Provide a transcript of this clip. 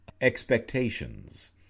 expectations